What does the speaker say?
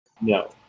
No